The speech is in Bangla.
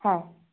হ্যাঁ